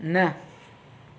न